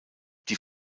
die